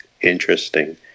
interesting